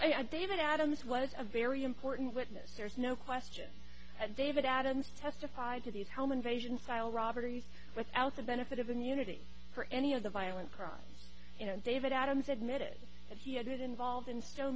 so i david adams was a very important witness there's no question that david adams testified to these home invasion style robberies without the benefit of a new unity for any of the violent crimes you know david adams admitted that he had it involved in s